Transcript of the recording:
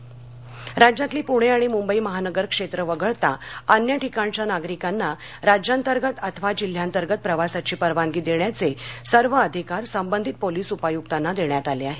टाळेबंदी वाहतक राज्यातली पूणे आणि मुंबई महानगर क्षेत्र वगळता अन्य ठिकाणच्या नागरिकांना राज्यांतर्गत अथवा जिल्ह्यांतर्गत प्रवासाची परवानगी देण्याचे सर्व अधिकार संबंधित पोलिस उपायुक्तांना देण्यात आले आहेत